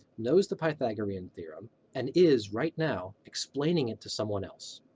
knows the pythagorean theorem and is right now explaining it to someone else.